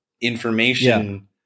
information